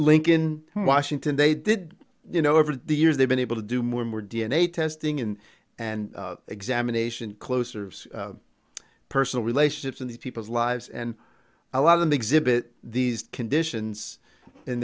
in washington they did you know over the years they've been able to do more and more d n a testing in and examination closer personal relationships in these people's lives and a lot of them exhibit these conditions